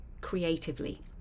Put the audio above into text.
creatively